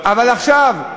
אבל עכשיו,